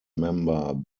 member